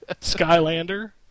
Skylander